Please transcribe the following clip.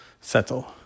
Settle